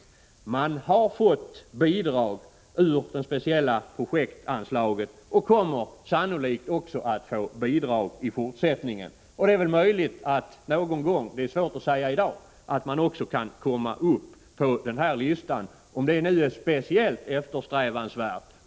Kommittén har fått bidrag ur det speciella projektanslaget och kommer sannolikt också att få bidrag i fortsättningen. Det är väl möjligt att den någon gång — det är svårt att säga i dag — också kan komma upp på listan, om det nu är speciellt eftersträvansvärt.